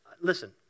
listen